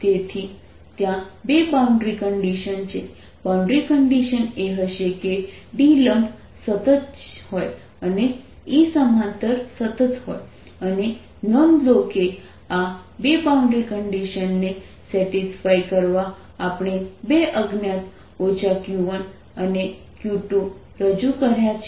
તેથી તેથી ત્યાં 2 બાઉન્ડ્રી કન્ડિશન છે બાઉન્ડ્રી કન્ડિશન એ હશે કે D લંબ સતત હોય અને EII સમાંતર સતત હોય અને નોંધ લો કે આ 2 બાઉન્ડ્રી કન્ડિશનને સેટિસ્ફાઇ કરવા આપણે 2 અજ્ઞાત q1 અને q2 રજૂ કર્યા છે